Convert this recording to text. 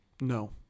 No